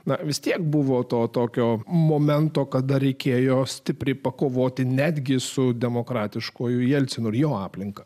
na vis tiek buvo to tokio momento kada reikėjo stipriai pakovoti netgi su demokratiškuoju jelcino ir jo aplinka